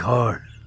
ঘৰ